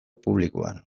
publikoan